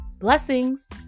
Blessings